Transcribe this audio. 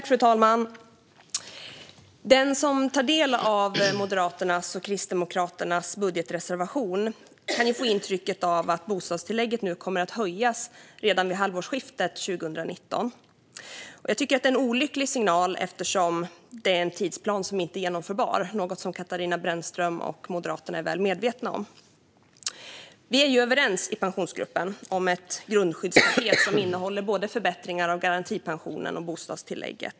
Fru talman! Den som tar del av Moderaternas och Kristdemokraternas budgetreservation kan få intrycket att bostadstillägget kommer att höjas redan vid halvårsskiftet 2019. Det är en olycklig signal eftersom det är en tidsplan som inte är genomförbar, något som Katarina Brännström och Moderaterna är väl medvetna om. Vi är överens i Pensionsgruppen om ett grundskyddspaket som innehåller förbättringar av både garantipensionen och bostadstillägget.